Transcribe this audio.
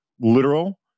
literal